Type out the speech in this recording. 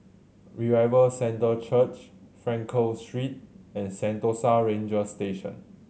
Revival Centre Church Frankel Street and Sentosa Ranger Station